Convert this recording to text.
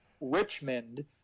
Richmond